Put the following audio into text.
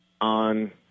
on